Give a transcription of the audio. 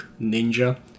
ninja